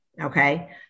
okay